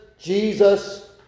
Jesus